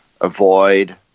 avoid